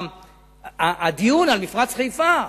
הדיון על מפרץ חיפה,